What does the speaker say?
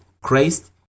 Christ